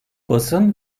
basın